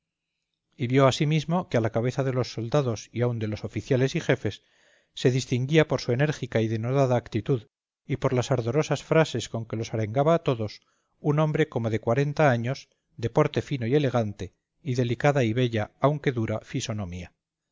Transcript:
y bravura y vio asimismo que a la cabeza de los soldados y aun de los oficiales y jefes se distinguía por su enérgica y denodada actitud y por las ardorosas frases con que los arengaba a todos un hombre como de cuarenta años de porte fino y elegante y delicada y bella aunque dura fisonomía